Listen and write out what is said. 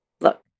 Look